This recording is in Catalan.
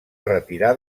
retirar